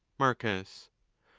marcus.